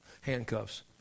handcuffs